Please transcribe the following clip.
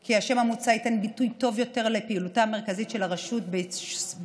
כי השם המוצע ייתן ביטוי טוב יותר לפעילותה המרכזית של הרשות ביישום